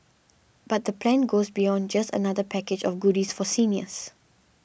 but the plan goes beyond just another package of goodies for seniors